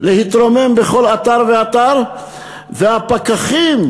להתרומם בכל אתר ואתר, והפקחים,